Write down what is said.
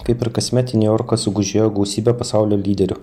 kaip ir kasmet į niujorką sugužėjo gausybė pasaulio lyderių